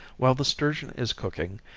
while the sturgeon is cooking,